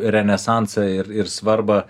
renesansą ir ir svarbą